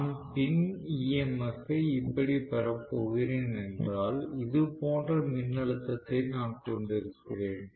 நான் பின் EMF ஐ இப்படி பெறப் போகிறேன் என்றால் இதுபோன்ற மின்னழுத்தத்தை நான் கொண்டிருக்கிறேன்